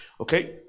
Okay